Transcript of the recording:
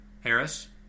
Harris